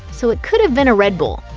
so it could have been a red bull.